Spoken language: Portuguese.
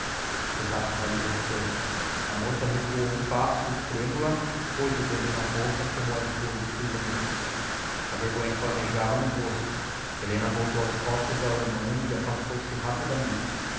muito estácio empalideceu a moça recuou um passo e trêmula pôs o dedo na boca como a impor-lhe silêncio a vergonha flamejava no rosto helena voltou as costas ao irmão e afastou-se rapidamente